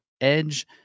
Edge